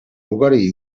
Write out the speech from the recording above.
ugari